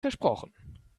versprochen